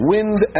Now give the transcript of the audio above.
Wind